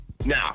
Now